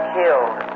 killed